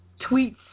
tweets